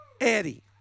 Eddie